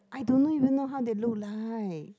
I don't know even know how they look like